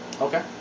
Okay